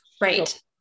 Right